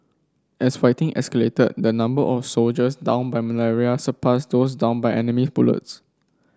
as fighting escalated the number of soldiers downed by malaria surpassed those downed by enemy bullets